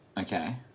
Okay